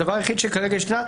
הדבר היחיד שכרגע ישנו,